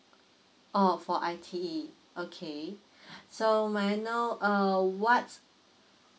oh for I_T_E okay so may I know uh what's